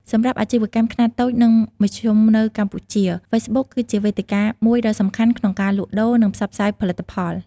សម្រាប់អាជីវកម្មខ្នាតតូច និងមធ្យមនៅកម្ពុជា ហ្វេសប៊ុកគឺជាវេទិកាមួយដ៏សំខាន់ក្នុងការលក់ដូរ និងផ្សព្វផ្សាយផលិតផល។